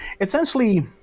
Essentially